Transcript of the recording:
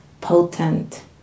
potent